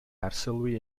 arsylwi